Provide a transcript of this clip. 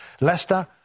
Leicester